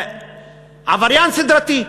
עבריין סדרתי.